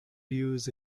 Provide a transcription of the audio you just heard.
use